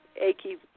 achy